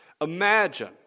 Imagine